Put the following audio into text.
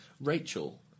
Rachel